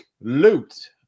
loot